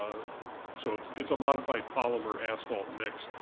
ah so it's it's a modified polymer asphalt mix.